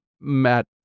Matt